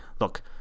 Look